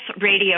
radio